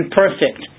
perfect